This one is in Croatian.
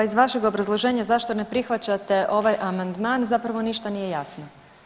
Pa iz vašeg obrazloženja zašto ne prihvaćate ovaj amandman zapravo ništa nije jasno.